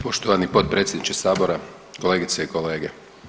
Poštovani potpredsjedniče sabora, kolegice i kolege.